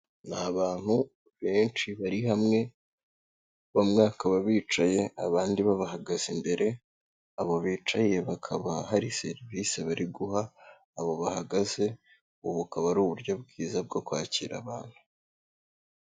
Ni abantu benshi bari hamwe, bamwe bakaba bicaye abandi babahagaze imbere, abo bicaye bakaba hari serivisi bari guha abo bahagaze, ubu bukaba ari uburyo bwiza bwo kwakira abantu.